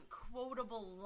quotable